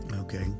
Okay